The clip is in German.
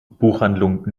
buchhandlung